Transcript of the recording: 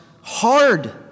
hard